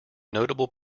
notable